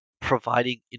providing